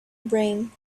brain